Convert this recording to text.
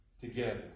together